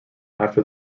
after